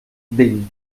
vell